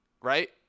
right